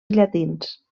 llatins